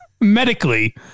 Medically